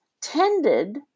tended